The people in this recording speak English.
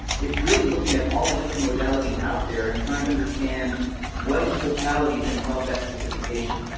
it's really looking at all the different modalities out there and trying to understand what, in totality, is going to help that specific patient.